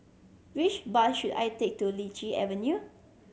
which bus should I take to Lichi Avenue